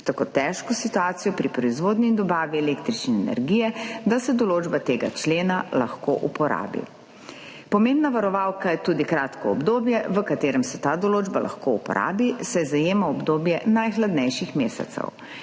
v tako težko situacijo pri proizvodnji in dobavi električne energije, da se določba tega člena lahko uporabi. Pomembna varovalka je tudi kratko obdobje v katerem se ta določba lahko uporabi, saj zajema obdobje najhladnejših mesecev.